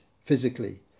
physically